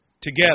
together